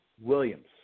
Williams